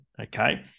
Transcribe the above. okay